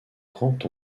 grand